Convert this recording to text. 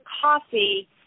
coffee